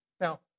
Now